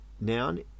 noun